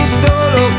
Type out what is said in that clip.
solo